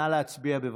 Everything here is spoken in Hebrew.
נא להצביע,